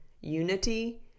unity